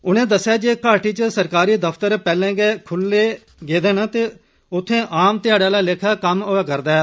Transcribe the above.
उनें दस्सेया जे घाटी च सरकारी दफ्तर पैहले गै ख्ल्ली गेदे न ते उत्थै आम ध्याड़े आला लेखा कम्म होआ करदा ऐ